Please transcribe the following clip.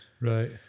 Right